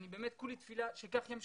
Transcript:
אני כולי תפילה שכך ימשיך,